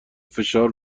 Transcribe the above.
فشار